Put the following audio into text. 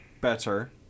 Better